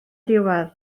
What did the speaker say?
diwedd